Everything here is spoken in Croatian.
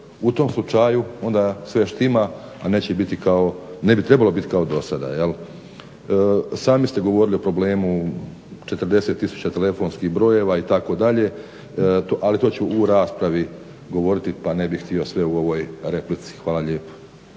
u tom slučaju onda sve štima, a ne bi trebalo biti kao dosada jel'. Sami ste govorili o problemu 40 tisuća telefonskih brojeva itd., ali to ću u raspravi govoriti pa ne bih htio sve u ovoj replici. Hvala lijepo.